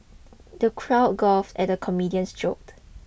the crowd guffawed at the comedian's joke